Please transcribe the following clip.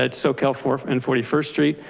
but so california and forty first street,